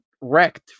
wrecked